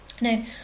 Now